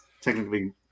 technically